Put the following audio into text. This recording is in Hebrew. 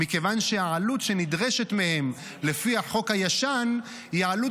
מכיוון שהעלות שנדרשת מהם לפי החוק הישן היא עלות